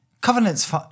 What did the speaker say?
Covenant's